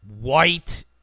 white